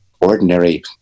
ordinary